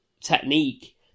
technique